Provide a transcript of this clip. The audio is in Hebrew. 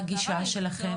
מה הגישה שלכן?